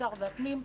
האוצר והפנים,